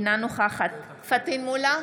אינה נוכחת פטין מולא,